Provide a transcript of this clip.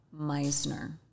Meisner